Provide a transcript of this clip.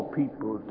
people